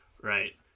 Right